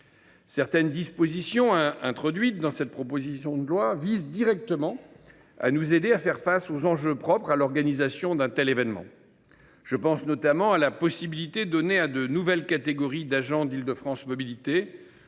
Certaines dispositions de ce texte visent directement à nous aider à faire face aux enjeux propres à l’organisation d’un tel événement. Je pense notamment à la possibilité donnée à de nouvelles catégories d’agents d’Île de France Mobilités